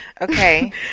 Okay